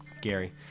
Gary